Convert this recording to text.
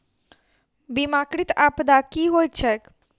बीमाकृत आपदा की होइत छैक?